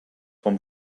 vom